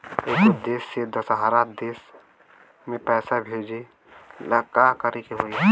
एगो देश से दशहरा देश मे पैसा भेजे ला का करेके होई?